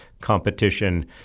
competition